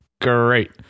great